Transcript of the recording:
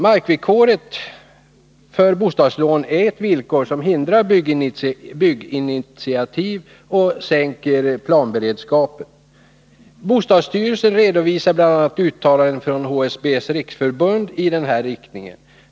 Markvillkoret för bostadslån hindrar bygginitiativ och sänker planberedskapen. Bostadsstyrelsen redovisar bl.a. uttalanden från HSB:s riksförbund i den här riktningen.